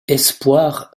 espoirs